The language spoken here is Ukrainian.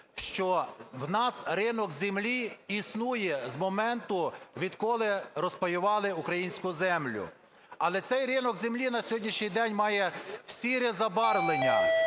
що у нас ринок землі існує з моменту, відколи розпаювали українську землю. Але цей ринок землі на сьогоднішній день має сіре забарвлення.